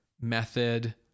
method